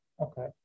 Okay